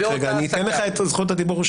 אני אתן לך את זכות הדיבור.